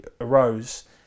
arose